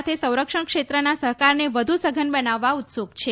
સાથે સંરક્ષણ ક્ષેત્રના સહકારને વધુ સઘન બનવાવા ઉત્સુક છે